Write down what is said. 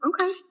okay